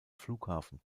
flughafen